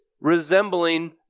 resembling